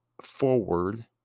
forward